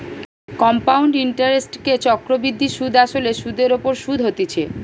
compound ইন্টারেস্টকে চক্রবৃদ্ধি সুধ আসলে সুধের ওপর শুধ হতিছে